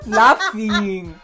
laughing